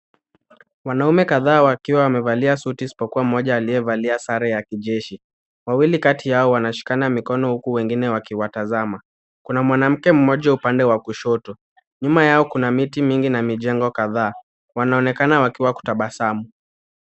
Wanaume kadhaa wakiwa wamevalia suti isipokuwa mmoja aliyebalia sara ya kijeshi, wawili kati yao wanashikana mikono huku wengine wakiwatazama, kuna mwanamke mmoja upande wa kushoto, nyuma yao kuna miti mingi na mijengo kadhaa. Wanaonekana wakiwa kutabasamu.